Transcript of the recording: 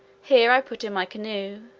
here i put in my canoe,